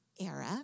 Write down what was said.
era